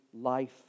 life